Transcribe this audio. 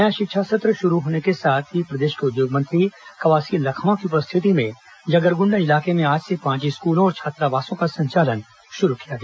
नया शिक्षा सत्र शुरू होने के साथ ही प्रदेश को उद्योग मंत्री कवासी लखमा की उपस्थिति में जगरगुंडा इलाके में आज से पांच स्कूलों और छात्रावासों का संचालन शुरू किया गया